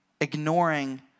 ignoring